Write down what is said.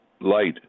light